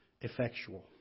effectual